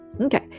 okay